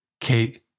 Kate